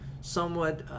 somewhat